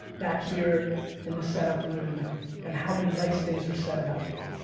back here in the set up room and how many nice things are said about you.